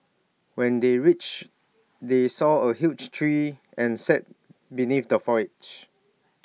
when they reached they saw A huge tree and sat beneath the foliage